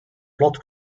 plot